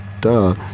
duh